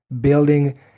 building